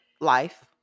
Life